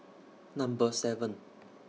Number seven